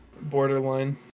Borderline